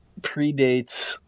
predates